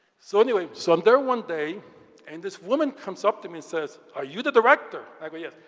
so anyway, so i'm there one day and this woman comes up um and says, are you the director? i go, yes.